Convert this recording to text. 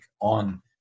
on